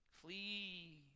flee